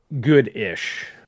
good-ish